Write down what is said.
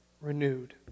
renewed